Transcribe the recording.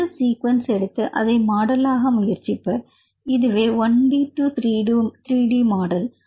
அந்த சீக்வெனஸ் எடுத்து அதை மாடலாக முயற்சிப்பர் இதுவே 1D 3D மாடல்